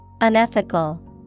Unethical